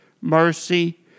mercy